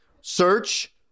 search